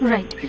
Right